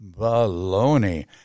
baloney